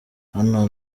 hano